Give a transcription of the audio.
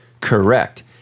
correct